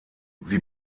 sie